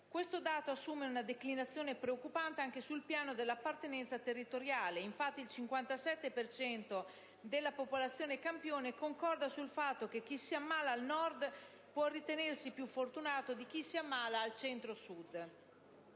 Questo dato assume una declinazione preoccupante anche sul piano dell'appartenenza territoriale: infatti il 57 per cento della popolazione campione concorda sul fatto che chi si ammala al Nord può ritenersi più fortunato di chi si ammala al Centro-Sud.